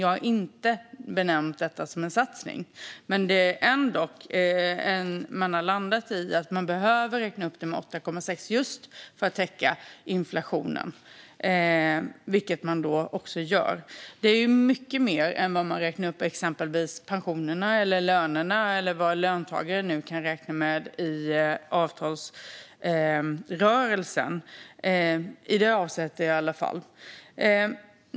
Jag har inte benämnt det som en sådan. Men man har ändock landat i att man behöver räkna upp stödet med 8,6 just för att täcka inflationen, vilket man också gör. Det är mycket mer än man räknar upp exempelvis pensionerna och lönerna med eller vad löntagarna nu kan räkna med i avtalsrörelsen, i alla fall i detta avseende.